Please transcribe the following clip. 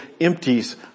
empties